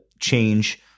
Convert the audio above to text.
change